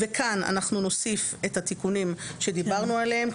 כאן נוסיף את התיקונים שדיברנו עליהם,